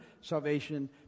salvation